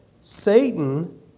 Satan